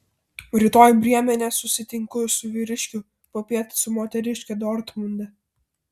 rytoj brėmene susitinku su vyriškiu popiet su moteriške dortmunde